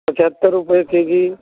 पचहत्तर रुपये के जी